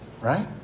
right